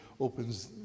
opens